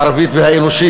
הערבית והאנושית,